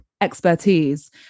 expertise